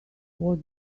was